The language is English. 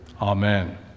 Amen